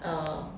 err